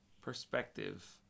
perspective